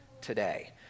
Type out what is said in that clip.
today